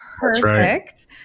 perfect